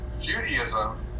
Judaism